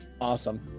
Awesome